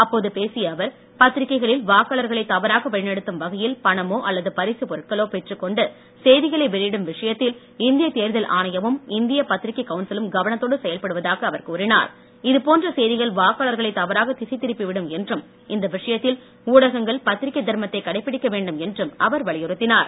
அப்போது பேசிய அவர் பத்திரிக்கைகளில் வாக்காளர்களை தவறாக வழிநடத்தும் வகையில் பணமோ அல்லது பரிசுப் பொருட்களோ பெற்றுக் கொண்டு செய்திகளை வெளியிடும் விஷயத்தில் இந்திய தேர்தல் ஆணையமும் இந்திய பத்திரிக்கை கவுன்சிலும் கவனத்தோடு செயல்படுவதாக அவர் வாக்காளர்களை தவறாக திசை திருப்பி விடும் என்றும் இந்த விஷயத்தில் ஊடகங்கள் பத்திரிக்கை தர்மத்தை கடைப்பிடிக்க வேண்டும் என்றும் அவர் வலியுறுத்தினார்